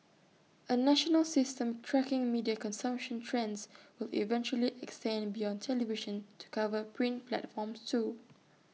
A national system tracking media consumption trends will eventually extend beyond television to cover print platforms too